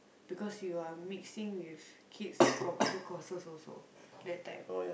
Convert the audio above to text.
because you are mixing with kids from other courses also that time